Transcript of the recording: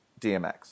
dmx